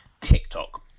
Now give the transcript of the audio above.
TikTok